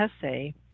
essay